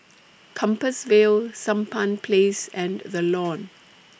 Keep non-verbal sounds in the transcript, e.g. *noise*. Compassvale Sampan Place and The *noise* Lawn